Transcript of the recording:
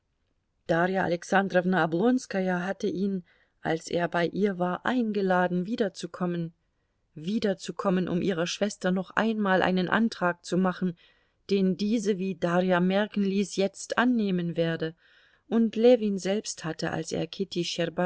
darja alexandrowna oblonskaja hatte ihn als er bei ihr war eingeladen wiederzukommen wiederzukommen um ihrer schwester noch einmal einen antrag zu machen den diese wie darja merken ließ jetzt annehmen werde und ljewin selbst hatte als er kitty